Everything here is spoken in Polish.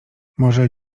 może